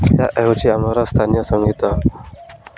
ଏ ହେଉଛି ଆମର ସ୍ଥାନୀୟ ସଙ୍ଗୀତ